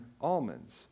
almonds